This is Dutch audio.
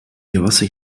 gewassen